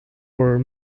were